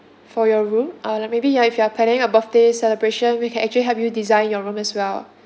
for your room uh like maybe you are if you are planning a birthday celebration we can actually help you design your room as well